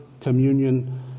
communion